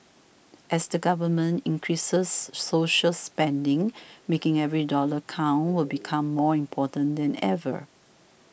as the government increases social spending making every dollar count will become more important than ever